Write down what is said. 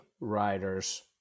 riders